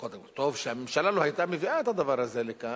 קודם טוב היה אם הממשלה לא היתה מביאה את הדבר הזה לכאן,